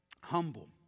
humble